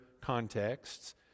contexts